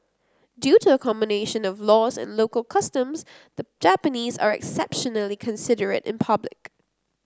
due to a combination of laws and local customs the Japanese are exceptionally considerate in public